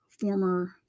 former